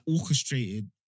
orchestrated